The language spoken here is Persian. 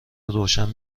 روشن